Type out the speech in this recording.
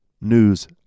news